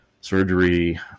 surgery